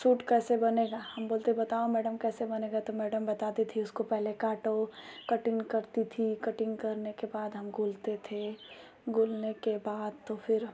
suit कैसे बनेगा हम बोलते बताओ मैडम कैसे बनेगा तो मैडम बताती थी उसको पहले काटो कटिंग करती थी कटिंग करने के बाद हम गुलते थे गुलने के बाद तो फिर